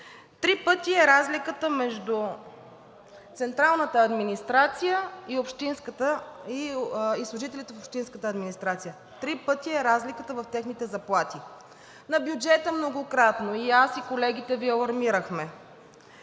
Три пъти е разликата между служителите в централната администрация и служителите в общинската администрация, три пъти е разликата в техните заплати! На бюджета и аз, и колеги Ви алармирахме,